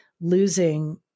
losing